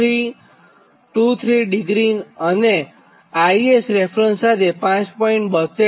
2323° અને IS reference સાથે 5